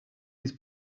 his